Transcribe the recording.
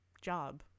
job